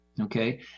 okay